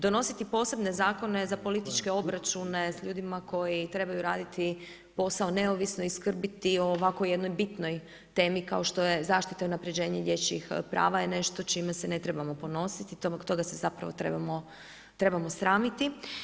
Donositi posebne zakone za političke obračune sa ljudima koji trebaju raditi posao neovisno i skrbiti o ovako jednoj bitnoj temi kao što je zaštita i unapređenje dječjih prava je nešto s čime se ne trebamo ponositi, toga se zapravo trebamo sramiti.